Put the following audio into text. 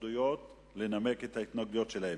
התנגדויות לנמק את ההתנגדויות שלהן: